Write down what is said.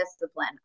discipline